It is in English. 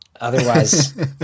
Otherwise